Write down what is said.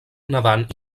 nedant